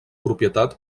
propietat